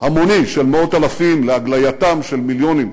המוני של מאות אלפים, להגלייתם של מיליונים,